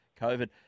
COVID